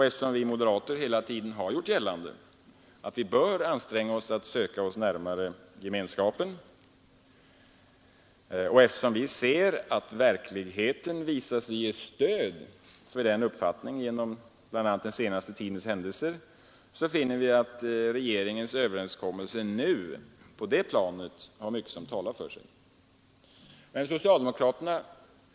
Eftersom vi moderater hela tiden har gjort gällande att vi bör söka oss närmare gemenskapen och eftersom verkligheten givit stöd för denna uppfattning, bl.a. genom den senaste tidens händelser, finner vi att mycket talar för regeringens överenskommelse.